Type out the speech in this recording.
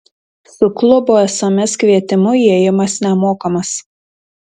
su klubo sms kvietimu įėjimas nemokamas